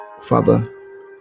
Father